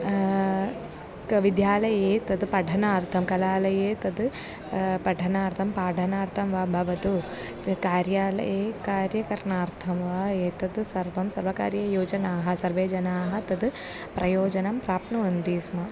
विद्यालये तत् पठनार्थं कलालये तत् पठनार्थं पाठनार्थं वा भवतु कार्यालये कार्यकरणार्थं वा एतत् सर्वं सर्वकारीययोजनाः सर्वे जनाः तत् प्रयोजनं प्राप्नुवन्ति स्म